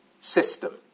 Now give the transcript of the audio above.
system